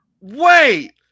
Wait